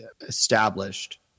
established